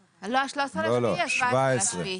96'